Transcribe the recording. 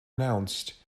announced